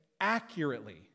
accurately